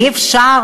באמת אי-אפשר